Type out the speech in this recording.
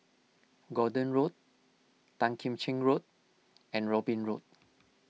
Gordon Road Tan Kim Cheng Road and Robin Road